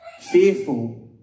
fearful